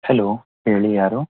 hello ಹೇಳಿ ಯಾರು